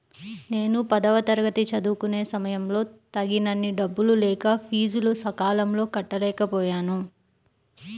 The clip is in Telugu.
నేను పదవ తరగతి చదువుకునే సమయంలో తగినన్ని డబ్బులు లేక ఫీజులు సకాలంలో కట్టలేకపోయాను